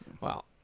Wow